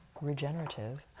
regenerative